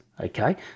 okay